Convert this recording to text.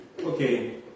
Okay